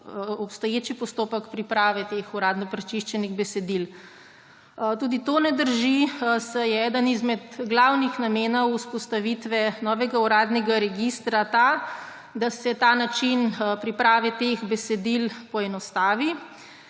obstoječi postopek priprave uradno prečiščenih besedil. Tudi to ne drži, saj je eden izmed glavnih namenov vzpostavitve novega uradnega registra ta, da se način priprave teh besedil poenostavi.